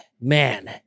man